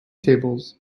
tables